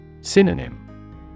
Synonym